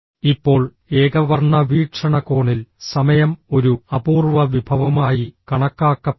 ഇപ്പോൾ ഏകവർണ്ണ വീക്ഷണകോണിൽ സമയം ഒരു അപൂർവ വിഭവമായി കണക്കാക്കപ്പെടുന്നു